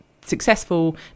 successful